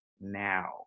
now